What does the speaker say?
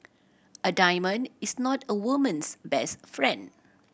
a diamond is not a woman's best friend